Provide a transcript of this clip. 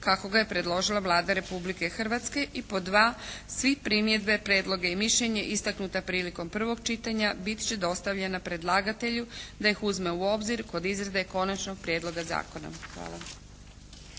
kako ga je predložila Vlada Republike Hrvatske i pod 2) Sve primjedbe, prijedloge i mišljenje istaknuta prilikom prvog čitanja biti će dostavljena predlagatelju da ih uzme u obzir kod izrade konačnog prijedloga zakona. Hvala.